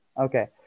Okay